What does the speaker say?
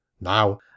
Now